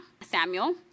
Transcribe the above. Samuel